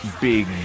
big